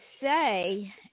say